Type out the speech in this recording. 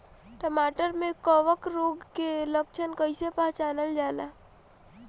टमाटर मे कवक रोग के लक्षण कइसे पहचानल जाला?